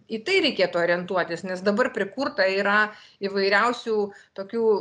į tai reikėtų orientuotis nes dabar prikurta yra įvairiausių tokių